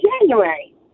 January